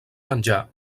menjar